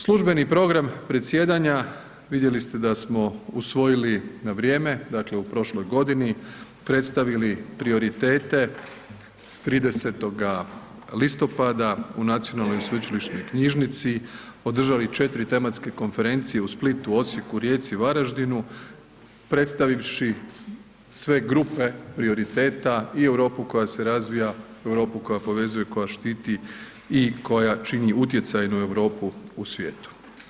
Službeni program predsjedanja, vidjeli ste da smo usvojili na vrijeme, dakle u prošloj godini, predstavili prioritete 30. listopada u Nacionalnoj sveučilišnoj knjižnici, održali 4 tematske konferencije u Splitu, Osijeku, Rijeci, Varaždinu, predstavivši sve grupe prioriteta i Europu koja se razvija, Europu koja povezuje, koja štiti i koja čini utjecajnu Europu u svijetu.